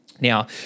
Now